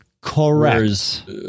Correct